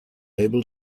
able